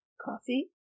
Coffee